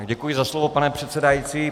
Děkuji za slovo, pane předsedající.